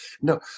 no